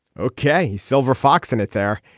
okay. silver fox in it there.